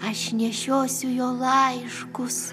aš nešiosiu jo laiškus